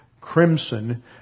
crimson